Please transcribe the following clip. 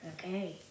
Okay